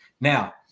Now